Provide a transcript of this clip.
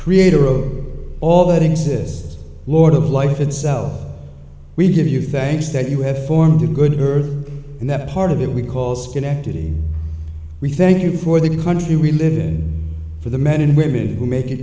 creator of all that exists lord of life itself we give you thanks that you have formed a good earth and that part of it we call schenectady we thank you for the country we live in for the men and women who make